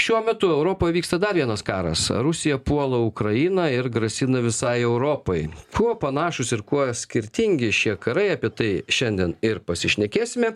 šiuo metu europoje vyksta dar vienas karas rusija puola ukrainą ir grasina visai europai kuo panašūs ir kuo skirtingi šie karai apie tai šiandien ir pasišnekėsime